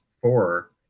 four